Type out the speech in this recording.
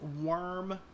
worm